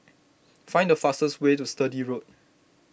find the fastest way to Sturdee Road